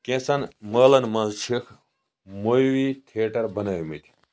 كیٚنٛژن مٲلَن منٛز چھِ موٗوِی تھیٹر بنٲوِمٕتۍ